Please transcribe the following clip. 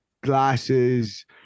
glasses